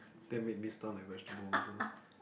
that made me stun like vegetable also